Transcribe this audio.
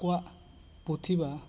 ᱠᱚᱣᱟᱜ ᱯᱚᱛᱷᱤᱵᱟ